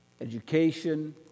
education